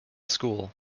school